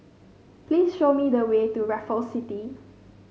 please show me the way to Raffles City